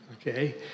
okay